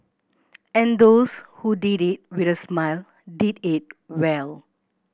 and those who did it with a smile did it well